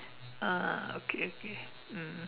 ah okay okay mm